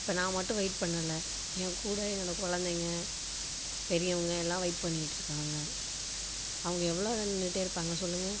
இப்போ நான் மட்டும் வெயிட் பண்ணலை என் கூட என்னோட குழந்தைங்க பெரியவங்க எல்லாம் வெயிட் பண்ணிகிட்ருக்காங்க அவங்க எவ்வளோ நேரம் நின்றுகிட்டே இருப்பாங்க சொல்லுங்க